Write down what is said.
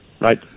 Right